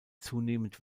zunehmend